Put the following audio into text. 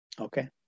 okay